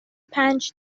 پنج